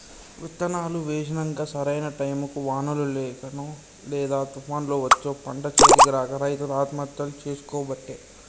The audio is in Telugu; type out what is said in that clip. విత్తనాలు వేశినంక సరైన టైముకు వానలు లేకనో లేదా తుపాన్లు వచ్చో పంట చేతికి రాక రైతులు ఆత్మహత్యలు చేసికోబట్టే